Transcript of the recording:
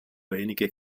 wenige